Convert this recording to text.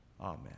Amen